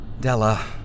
Della